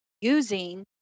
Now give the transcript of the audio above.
using